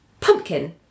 pumpkin